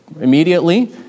immediately